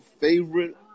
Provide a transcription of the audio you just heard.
favorite